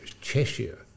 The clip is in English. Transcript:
Cheshire